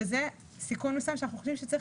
שזה סיכון נוסף שאנחנו חושבים שצריך